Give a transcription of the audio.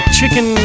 chicken